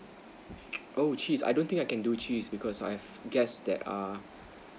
oh cheese I don't think I can do cheese because I have guest that uh